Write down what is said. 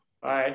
Bye